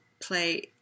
play